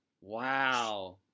Wow